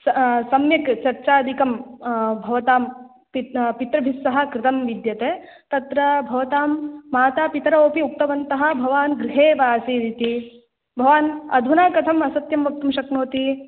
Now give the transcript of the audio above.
स सम्यक् चर्चादिकं भवतां पिता पितृभिस्सह कृतं विद्यते तत्र भवतां मातापितरौ अपि उक्तवन्तः भवान् गृहे एव आसीदिति भवान् अधुना कथम् असत्यं वक्तुं शक्नोति